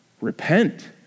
Repent